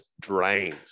drained